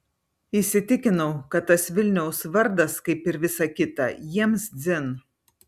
įsitikinau kad tas vilniaus vardas kaip ir visa kita jiems dzin